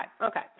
Okay